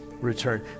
return